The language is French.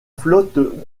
flotte